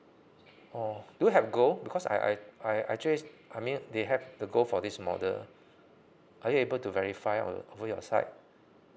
oh do you have gold because I I I I actually I mean they have the gold for this model are you able to verify or over your side